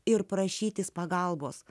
ir prašytis pagalbos